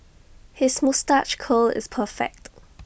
his moustache curl is perfect